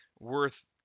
worth